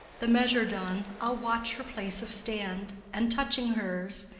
the measure done, i'll watch her place of stand and, touching hers,